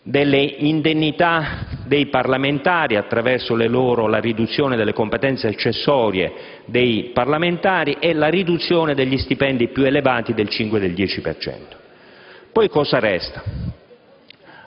delle indennità dei parlamentari, la riduzione delle competenze accessorie dei parlamentari e la riduzione degli stipendi più elevati del 5 e del 10 per cento. Poi cosa resta?